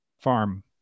farm